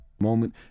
Moment